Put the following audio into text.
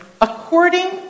according